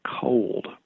cold